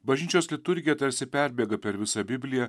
bažnyčios liturgija tarsi perbėga per visą bibliją